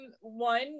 one